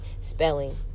spelling